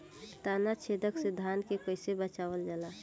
ताना छेदक से धान के कइसे बचावल जाला?